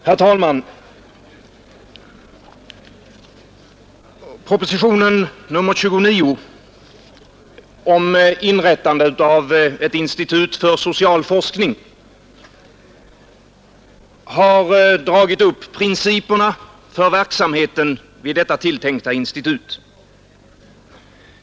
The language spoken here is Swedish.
Herr talman! Proposition nr 29 om inrättande av ett institut för social forskning har dragit upp principerna för verksamheten vid detta tilltänkta institut.